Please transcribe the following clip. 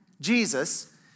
Jesus